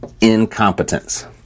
incompetence